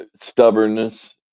stubbornness